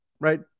right